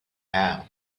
have